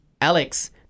Alex